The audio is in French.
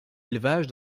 élevages